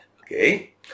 Okay